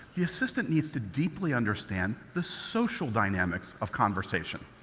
the assistant needs to deeply understand the social dynamics of conversation.